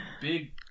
big